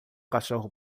cachorro